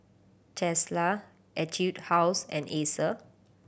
Tesla Etude House and Acer